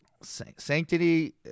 Sanctity